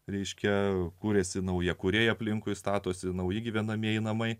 reiškia kūrėsi naujakuriai aplinkui statosi nauji gyvenamieji namai